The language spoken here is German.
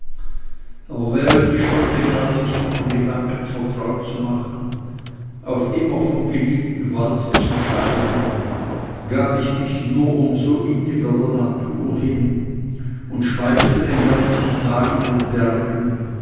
aber während ich schon begann mich mit dem gedanken vertraut zu machen auf immer vom geliebten walde zu scheiden gab ich mich nur um so inniger der natur hin und schweifte den ganzen tag in den bergen